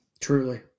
Truly